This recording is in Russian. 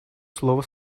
слово